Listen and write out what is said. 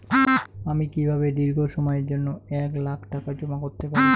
আমি কিভাবে দীর্ঘ সময়ের জন্য এক লাখ টাকা জমা করতে পারি?